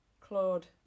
Claude